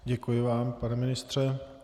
Děkuji vám, pane ministře.